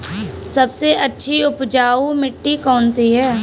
सबसे अच्छी उपजाऊ मिट्टी कौन सी है?